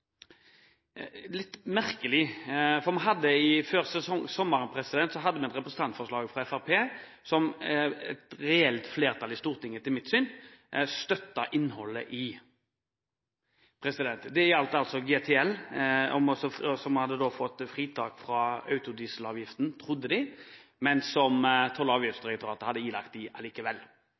litt merkelig. Før sommeren hadde vi et representantforslag fra Fremskrittspartiet som et reelt flertall i Stortinget, etter mitt syn, støttet innholdet i. Det gjaldt altså GTL som hadde fått fritak fra autodieselavgiften, trodde man, men som Toll- og avgiftsdirektoratet hadde ilagt